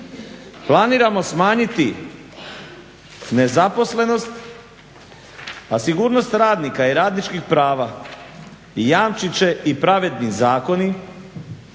"Planiramo smanjiti nezaposlenost, a sigurnost radnika i radničkih prava jamčit će i pravedni zakoni,